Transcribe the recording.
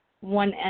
one